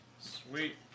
Sweet